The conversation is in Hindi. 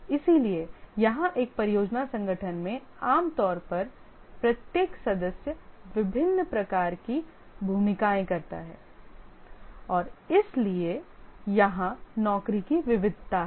इसलिए यहां एक परियोजना संगठन में आमतौर पर प्रत्येक सदस्य विभिन्न प्रकार की भूमिकाएं करता है और इसलिए यहां नौकरी की विविधता है